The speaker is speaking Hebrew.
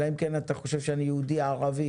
אלא אם כן אתה חושב שאני יהודי ערבי